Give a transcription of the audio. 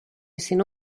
sinó